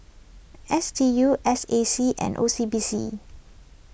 S D U S A C and O C B C